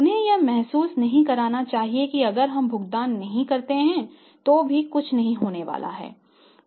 उन्हें यह महसूस नहीं करना चाहिए कि अगर हम भुगतान नहीं करते हैं तो भी कुछ नहीं होने वाला है